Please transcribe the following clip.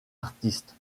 artistes